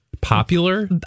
Popular